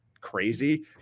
crazy